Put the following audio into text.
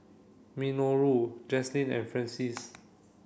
Minoru Jaclyn and Francies